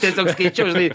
tiesiog skaičiau žinai